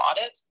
audit